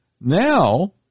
Now